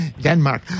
Denmark